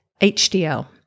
HDL